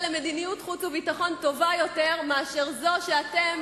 למדיניות חוץ וביטחון טובה יותר מזו שאתם,